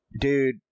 dude